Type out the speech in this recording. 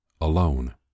alone